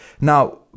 Now